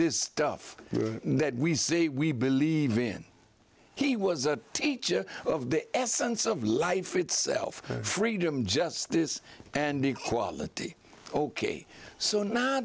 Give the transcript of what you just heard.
this stuff that we say we believe in he was a teacher of the essence of life itself freedom justice and equality ok so now